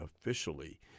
officially